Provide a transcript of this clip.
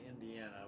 Indiana